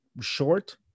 short